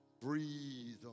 Breathe